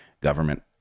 government